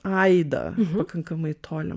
aidą pakankamai tolimą